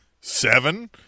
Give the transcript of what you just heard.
seven